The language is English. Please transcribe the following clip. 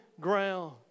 ground